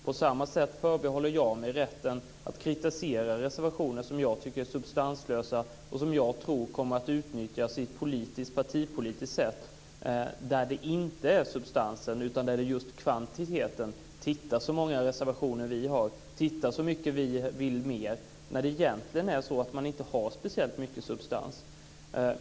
På samma sätt förbehåller jag mig rätten att kritisera reservationer som jag tycker är substanslösa och som jag tror kommer att utnyttjas på ett partipolitiskt sätt där det inte handlar om substansen utan om kvantiteten - titta så många reservationer vi har, titta så mycket mer vi vill - när man egentligen inte har så speciellt mycket substans.